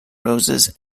roses